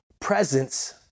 Presence